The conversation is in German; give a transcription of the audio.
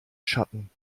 schatten